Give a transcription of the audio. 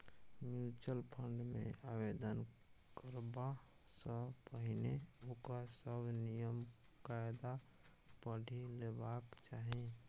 mutual fund मे आवेदन करबा सँ पहिने ओकर सभ नियम कायदा पढ़ि लेबाक चाही